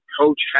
coach